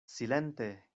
silente